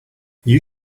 you